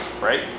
right